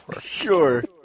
Sure